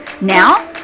Now